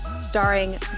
starring